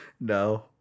No